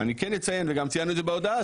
אני כן אציין וגם ציינו את זה בהודעה,